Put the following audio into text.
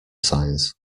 signs